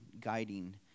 guiding